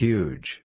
Huge